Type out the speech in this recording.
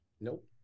Nope